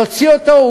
להוציא אותו,